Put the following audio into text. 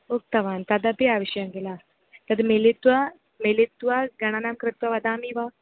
उक्तवान् तदपि आवश्यकं किल तत् मिलित्वा मिलित्वा गणनां कृत्वा वदामि वा